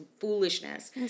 foolishness